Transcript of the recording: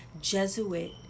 Jesuit